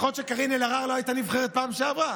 יכול להיות שקארין אלהרר לא הייתה נבחרת בפעם שעברה,